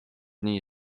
nii